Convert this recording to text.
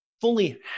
fully